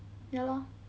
ya lor